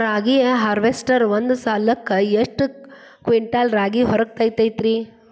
ರಾಗಿಯ ಹಾರ್ವೇಸ್ಟರ್ ಒಂದ್ ಸಲಕ್ಕ ಎಷ್ಟ್ ಕ್ವಿಂಟಾಲ್ ರಾಗಿ ಹೊರ ತೆಗಿತೈತಿ?